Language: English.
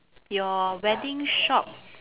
your wedding shop